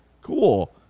Cool